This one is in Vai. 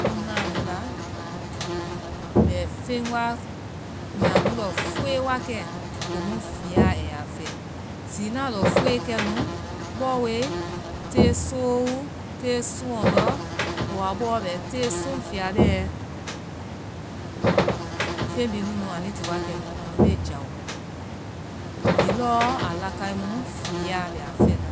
Ŋ na nu la, mɛ feŋ wamɛ a nu lɔ fuue wakɛ komu fia ya fɛ. Zii na lɔfuue kɛ nu, bɔwe, soolu, te sooŋlɔŋdɔ. Ɔ a bɔ bɛ te sooŋfɛa bɛ. Feŋ bi nunnu anui to wakɛ nu. Anu be jao hiŋi lɔ aa lakae mu, fia bɛ aa fɛna.